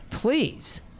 Please